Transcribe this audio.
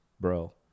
bro